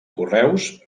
correus